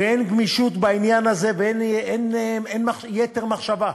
ואין גמישות בעניין הזה ואין יתר מחשבה.